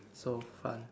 so fun